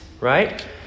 right